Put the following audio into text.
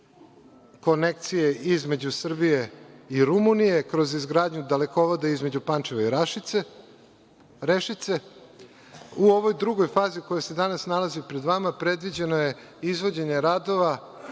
konekcije između Srbije i Rumunije, kroz izgradnju dalekovoda između Pančeva i Rešice. U ovoj drugoj fazi, koja se danas nalazi pred vama, predviđeno je izvođenje radova